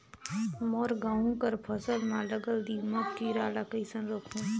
मोर गहूं कर फसल म लगल दीमक कीरा ला कइसन रोकहू?